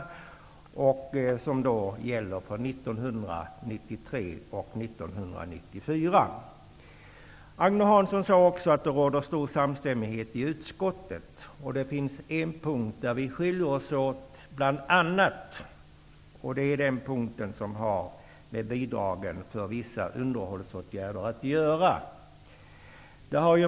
ROT-programmet gäller för 1993 och Agne Hansson sade också att det råder stor samstämmighet i utskottet. Men det finns en punkt där vi bl.a. skiljer oss i våra uppfattningar, nämligen när det gäller bidragen för vissa underhållsåtgärder.